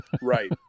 Right